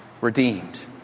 redeemed